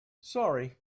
sorry